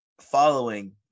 Following